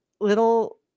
little